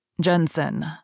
Jensen